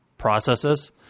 Processes